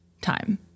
time